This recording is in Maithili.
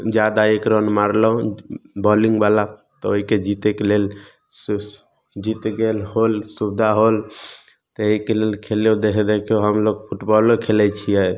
जादा एक रन मारलहुॅं बॉलिंग बला तऽ ओहिके जितैके लेल जीतै गेल होल सुविधा होल तऽ एहिके लेल खेललहुॅं देखियौ देखियौ हमलोग फुटबाॅलो खेलै छियै